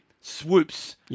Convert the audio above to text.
swoops